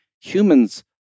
humans